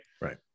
Right